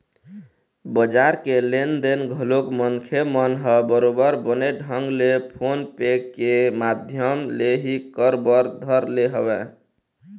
बजार के लेन देन घलोक मनखे मन ह बरोबर बने ढंग ले फोन पे के माधियम ले ही कर बर धर ले हवय